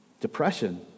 depression